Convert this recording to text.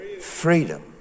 Freedom